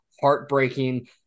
heartbreaking